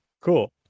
cool